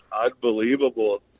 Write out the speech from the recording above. unbelievable